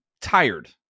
tired